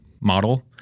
model